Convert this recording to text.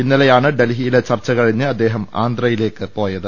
ഇന്നലെയാണ് ഡൽഹിയിലെ ചർച്ച കഴിഞ്ഞ് അദ്ദേഹം ആന്ധ്രയിലേക്ക് പോയത്